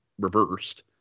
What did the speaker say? reversed